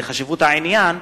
בגלל חשיבות העניין,